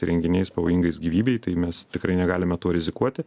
įrenginiais pavojingais gyvybei tai mes tikrai negalime tuo rizikuoti